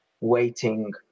waiting